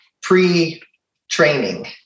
pre-training